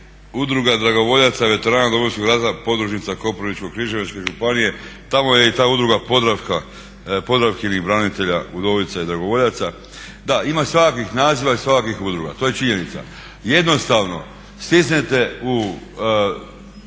Udruga Dragovoljaca veterana Domovinskog rata podružnica Koprivničko-križevačke županije, tamo je ta Udruga Podravka podravkinih branitelja, udovica i dragovoljaca. Da, ima svakakvih naziva i svakakvih udruga to je činjenica. Jednostavno stisnete u